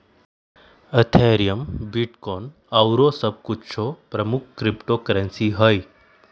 Ethereum, Bitcoin आउरो सभ कुछो प्रमुख क्रिप्टो करेंसी हइ